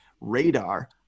radar